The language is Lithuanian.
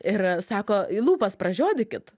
ir sako lūpas pražiodykit